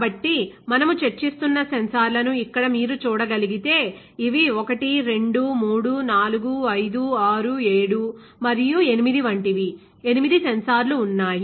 కాబట్టి మనము చర్చిస్తున్న సెన్సార్లను ఇక్కడ మీరు చూడగలిగితే ఇవి 1 2 3 4 5 6 7 మరియు 8 వంటివి 8 సెన్సార్లు ఉన్నాయి